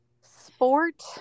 Sport